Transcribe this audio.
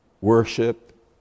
worship